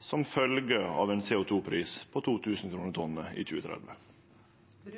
som følgje av ein CO 2 -pris på 2 000 kr per tonn i 2030? Når